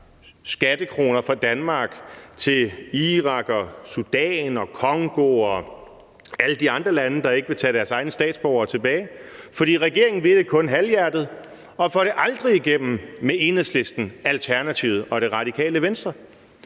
skattekroner fra Danmark til Irak, Sudan, Congo og alle de andre lande, der ikke vil tage deres egne statsborgere tilbage, for regeringen vil det kun halvhjertet og får det aldrig igennem med Enhedslisten, Alternativet og Det Radikale Venstre.